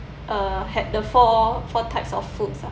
uh had the four four types of foods ah